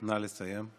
נא לסיים.